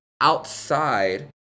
outside